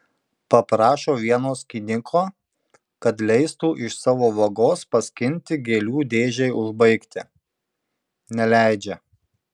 paprašo vieno skyniko kad leistų iš savo vagos paskinti gėlių dėžei užbaigti neleidžia